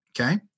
okay